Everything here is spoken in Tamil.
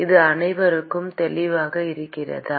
இது அனைவருக்கும் தெளிவாக இருக்கிறதா